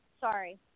Sorry